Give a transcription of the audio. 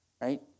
Right